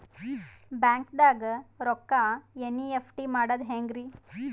ಬ್ಯಾಂಕ್ದಾಗ ರೊಕ್ಕ ಎನ್.ಇ.ಎಫ್.ಟಿ ಮಾಡದ ಹೆಂಗ್ರಿ?